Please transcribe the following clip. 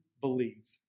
believe